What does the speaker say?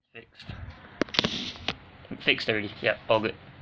fix fixed already yeah all good